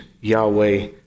Yahweh